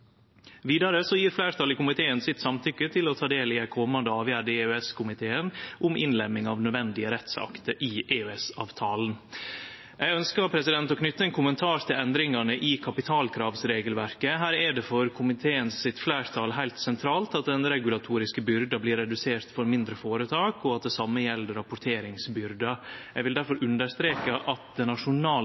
i komiteen sitt samtykke til å ta del i ei komande avgjerd i EØS-komiteen om innlemming av nødvendige rettsakter i EØS-avtalen. Eg ønskjer å knyte ein kommentar til endringane i kapitalkravsregelverket. Her er det for fleirtalet i komiteen heilt sentralt at den regulatoriske byrda vert redusert for mindre føretak, og at det same gjeld rapporteringsbyrda. Eg vil difor understreke at det nasjonale